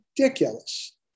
ridiculous